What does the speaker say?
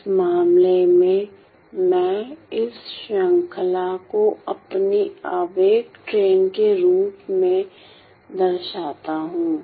इस मामले में मैं इस श्रृंखला को अपनी आवेग ट्रेन के रूप में दर्शाता हूं